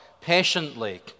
patiently